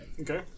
Okay